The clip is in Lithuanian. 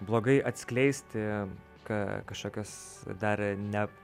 blogai atskleisti ką kažkias dar ne